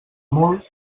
molt